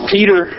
Peter